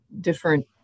different